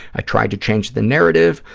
i tried to change the narrative,